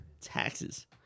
taxes